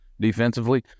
defensively